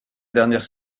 dernière